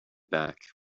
back